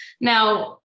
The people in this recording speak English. now